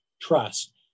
Trust